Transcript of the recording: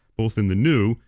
both in the new,